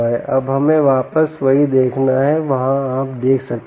अब हमें वापस वहीं देखना है वहाँ आप देख सकते हैं